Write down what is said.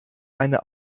eine